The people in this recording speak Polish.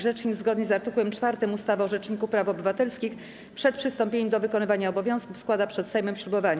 Rzecznik, zgodnie z art. 4 ustawy o Rzeczniku Praw Obywatelskich, przed przystąpieniem do wykonywania obowiązków składa przed Sejmem ślubowanie.